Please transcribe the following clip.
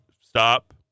Stop